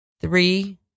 three